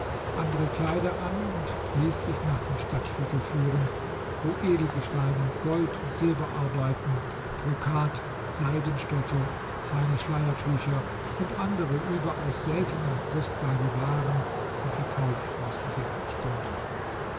andere kleider an und ließ sich nach dem stadtviertel führen wo edelgesteine gold und silberarbeiten brokat seidenstoffe feine schleiertücher und andere überaus seltene und kostbare waren zum verkauf ausgesetzt standen